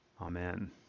Amen